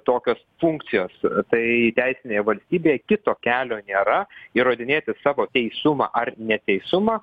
tokios funkcijos tai teisinėje valstybėje kito kelio nėra įrodinėti savo teisumą ar neteisumą